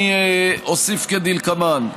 אני אוסיף כדלקמן: